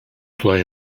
play